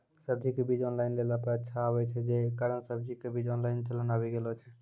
सब्जी के बीज ऑनलाइन लेला पे अच्छा आवे छै, जे कारण सब्जी के बीज ऑनलाइन चलन आवी गेलौ छै?